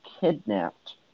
kidnapped